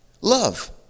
Love